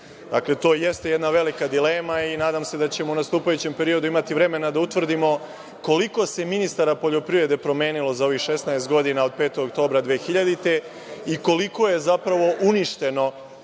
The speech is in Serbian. SNS.Dakle, to jeste jedna velika dilema i nadam se da ćemo u nastupajućem periodu imati vremena da utvrdimo koliko se ministara poljoprivrede promenilo za ovih 16 godina, od 5. oktobra 2000. godine i koliko je zapravo uništeno